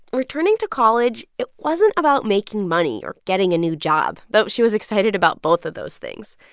returning to college, it wasn't about making money or getting a new job, though she was excited about both of those things.